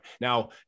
now